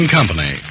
Company